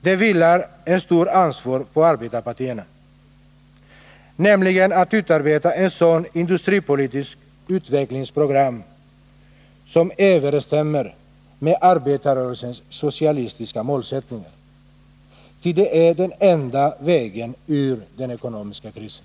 Det vilar ett stort ansvar på arbetarpartierna: att utarbeta ett industripolitiskt program som överensstämmer med arbetarrörelsens socialistiska målsättning. Ty det är den enda vägen ur den ekonomiska krisen.